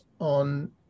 on